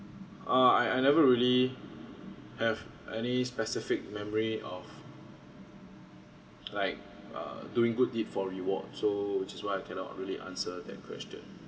uh I I never really have any specific memory of like uh doing good deed for reward so which is why I cannot really answer that question